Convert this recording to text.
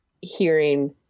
hearing